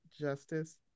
Justice